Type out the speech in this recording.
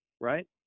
right